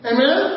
Amen